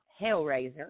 Hellraiser